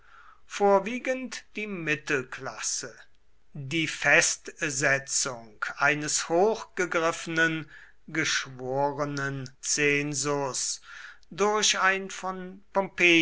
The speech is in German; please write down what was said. vorwiegend die mittelklasse die festsetzung eines hochgegriffenen geschworenenzensus durch ein von